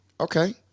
Okay